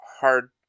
hard